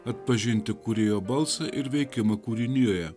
atpažinti kūrėjo balsą ir veikimą kūrinijoje